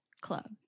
club